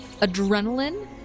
adrenaline